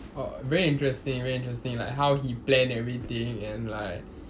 orh very interesting very interesting like how he plan everything and like